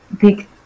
big